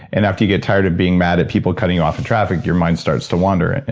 and after you get tired of being mad at people cutting you off in traffic your mind starts to wander, and and